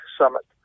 Summit